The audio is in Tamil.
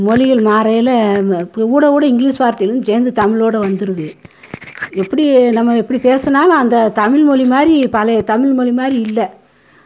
மொழிகள் மாறயில் இப்படி ஊட ஊட இங்கிலீஷ் வார்த்தைகளும் சேர்ந்து தமிழோட வந்துருது எப்படி நம்ம எப்படி பேசுனாலும் அந்த தமில்மொழி மாதிரி பழைய தமில்மொழி மாதிரி இல்லை